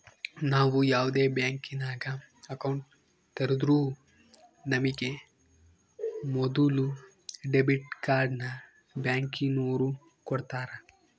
ನಾವು ಯಾವ್ದೇ ಬ್ಯಾಂಕಿನಾಗ ಅಕೌಂಟ್ ತೆರುದ್ರೂ ನಮಿಗೆ ಮೊದುಲು ಡೆಬಿಟ್ ಕಾರ್ಡ್ನ ಬ್ಯಾಂಕಿನೋರು ಕೊಡ್ತಾರ